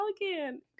again